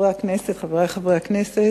חברי הכנסת,